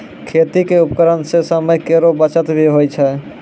खेती क उपकरण सें समय केरो बचत भी होय छै